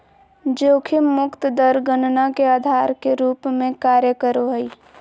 जोखिम मुक्त दर गणना के आधार के रूप में कार्य करो हइ